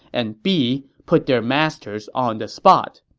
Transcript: and b put their masters on the spot.